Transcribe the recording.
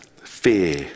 fear